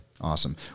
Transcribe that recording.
awesome